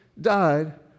died